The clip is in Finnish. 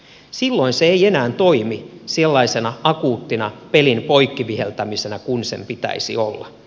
silloin se ei enää toimi sellaisena akuuttina pelin poikki viheltämisenä kuin sen pitäisi olla